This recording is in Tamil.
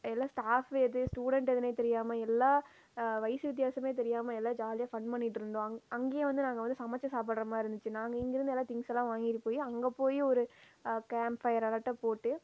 எல்லா ஸ்டாஃப் எது ஸ்டூடண்ட் எதுனே தெரியாமல் எல்லா வயது வித்தியாசமே தெரியாமல் எல்லா ஜாலியாக ஃபன் பண்ணிகிட்டு இருந்தோம் அங்கேயும் வந்து நாங்கள் வந்து சமச்சு சாப்பிடுற மாதிரி இருந்துச்சு நாங்கள் இங்கிருந்து எல்லா திங்ஸ் எல்லாம் வாங்கிட்டு போய் அங்கே போய் ஒரு கேம்ப் ஃபயராட்டம் போட்டு